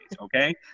okay